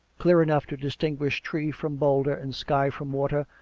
clear enough to distinguish tree from boulder and sky from water,